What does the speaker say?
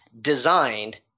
designed